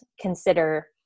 consider